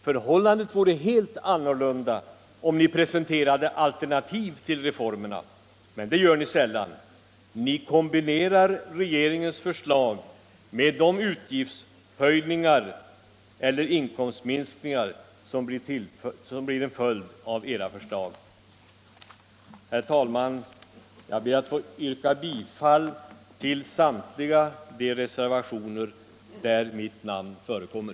Förhållandet vore helt annorlunda, om ni presenterade alternativ till reformerna, men det gör ni sällan. Ni kombinerar regeringens förslag med de utgiftshöjningar eller inkomstminskningar som blir en följd av era förslag. Herr talman! Jag ber att få yrka bifall till samtliga de reservationer där mitt namn förekommer.